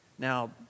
Now